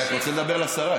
אני רק רוצה לדבר לשרה.